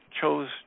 chose